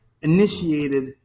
initiated